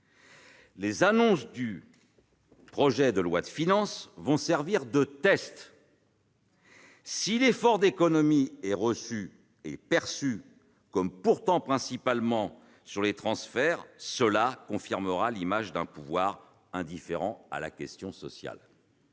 Les annonces du projet de loi de finances vont servir de test. Si l'effort d'économies est perçu comme portant principalement sur les transferts, cela confirmera l'image d'un pouvoir indifférent à la question sociale.